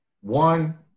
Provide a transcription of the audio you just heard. One